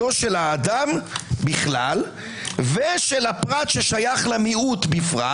האדם בכלל ושל הפרט ששייך למיעוט בפרט